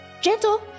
gentle